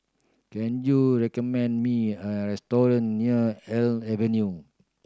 can you recommend me a restaurant near Elm Avenue